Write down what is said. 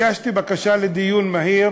הגשתי בקשה לדיון מהיר